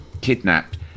kidnapped